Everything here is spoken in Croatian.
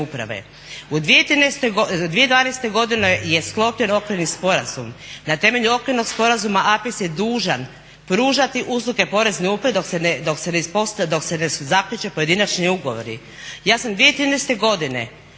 U 2012. godini je sklopljen Okvirni sporazum. Na temelju okvirnog sporazuma APIS je dužan pružati usluge porezne uprave dok se ne zapriječe pojedinačni ugovori.